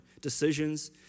decisions